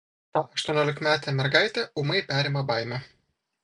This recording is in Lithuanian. tą aštuoniolikametę mergaitę ūmai perima baimė